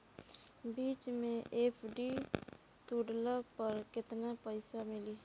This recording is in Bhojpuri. बीच मे एफ.डी तुड़ला पर केतना पईसा मिली?